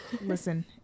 Listen